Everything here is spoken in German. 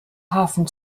hafen